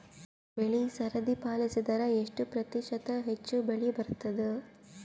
ಬೆಳಿ ಸರದಿ ಪಾಲಸಿದರ ಎಷ್ಟ ಪ್ರತಿಶತ ಹೆಚ್ಚ ಬೆಳಿ ಬರತದ?